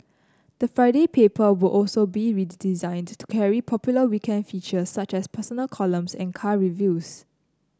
the Friday paper will also be redesigned to carry popular weekend features such as personal columns and car reviews